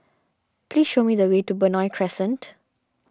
please show me the way to Benoi Crescent